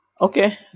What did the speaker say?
Okay